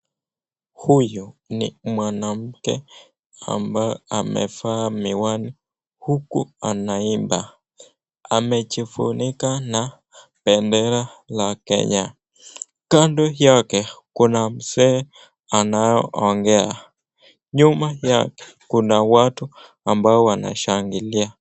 Huyu ni mwanamke ambaye amevaa miwani huku anaimba. Amejifunika na bendera la Kenya kando yake kuna mzee anayeongea, nyuma yake kuna watu ambao wanashangilia.